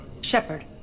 Shepard